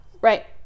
Right